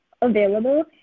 available